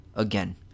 Again